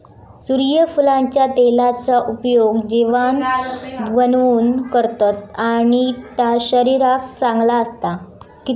सुर्यफुलाच्या तेलाचा उपयोग जेवाण बनवूक करतत आणि ता शरीराक चांगला असता